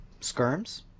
Skirms